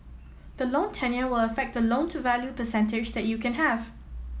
the loan tenure will affect the loan to value percentage that you can have